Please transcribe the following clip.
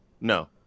No